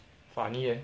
funny leh